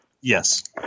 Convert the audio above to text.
Yes